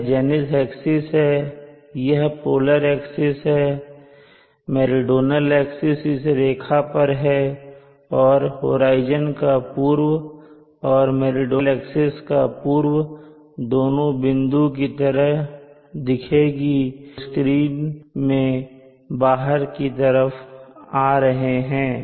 यह zenith axis है यह पोलर एक्सिस है मेरीडोनल एक्सिस इस रेखा पर है और होराइजन का पूर्व और मेरीडोनल एक्सिस का पूर्व दोनों बिंदु की तरह दिखेंगी जो स्क्रीन में बाहर की तरफ आ रहे हैं